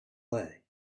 play